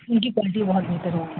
اُن کی کوالٹی بہت بہتر ہوگی